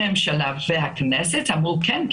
הממשלה והכנסת אמרו: "כן,